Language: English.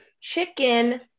chicken